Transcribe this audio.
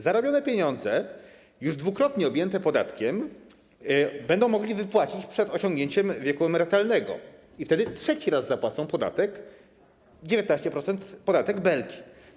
Zarobione pieniądze, już dwukrotnie objęte podatkiem, będą mogli wypłacić przed osiągnięciem wieku emerytalnego i wtedy trzeci raz zapłacą podatek - 19%, podatek Belki.